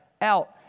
out